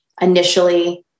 initially